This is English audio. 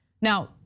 Now